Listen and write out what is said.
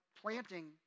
planting